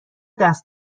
دست